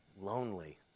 lonely